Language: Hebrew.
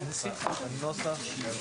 בסעיף 1 - אחרי ההגדרה "אמצעי תשלום"